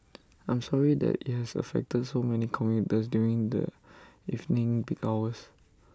I'm sorry that IT has affected so many commuters during the evening peak hours